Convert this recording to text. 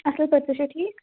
اَصٕل پٲٹھۍ تُہۍ چھُوا ٹھیٖک